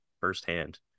firsthand